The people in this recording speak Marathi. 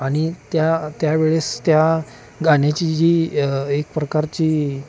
आणि त्या त्यावेळेस त्या गाण्याची जी एक प्रकारची